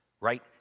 right